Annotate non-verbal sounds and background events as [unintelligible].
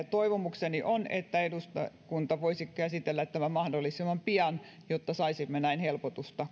[unintelligible] toivomukseni on että eduskunta voisi käsitellä tämän mahdollisimman pian jotta saisimme näin helpotusta